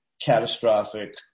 catastrophic